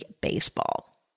Baseball